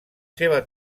seva